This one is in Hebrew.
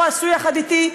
או עשו יחד אתי,